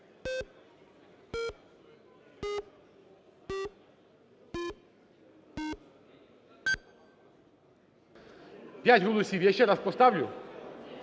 П'ять голосів. Я ще раз поставлю.